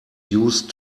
used